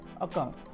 account